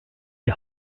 die